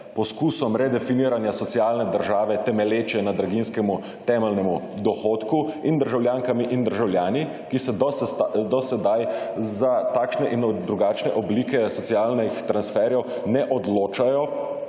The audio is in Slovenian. poskusom redefiniranja socialne države temelječe in na draginjskemu temeljnemu dohodku in državljankami in državljani, ki se do sedaj za takšne in drugačne oblike socialnih transferjev ne odločajo